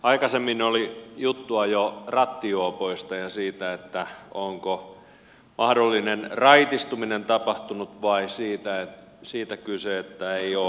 aikaisemmin oli juttua jo rattijuopoista ja siitä onko mahdollinen raitistuminen tapahtunut vai onko siitä kyse että ei ole valvontaa